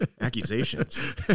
Accusations